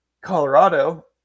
Colorado